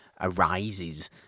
arises